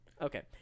Okay